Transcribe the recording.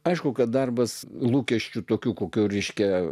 aišku kad darbas lūkesčių tokių kokių ryškia